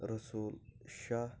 Rasul Shah